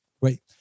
right